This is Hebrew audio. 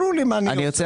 ברור לי מה אני אעשה.